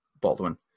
Baldwin